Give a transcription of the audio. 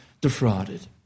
defrauded